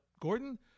Gordon